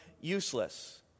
useless